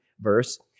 verse